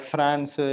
France